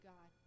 God